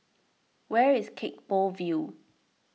where is Gek Poh Ville